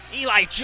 Eli